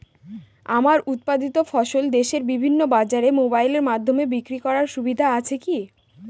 আমার উৎপাদিত ফসল দেশের বিভিন্ন বাজারে মোবাইলের মাধ্যমে বিক্রি করার সুবিধা আছে কি?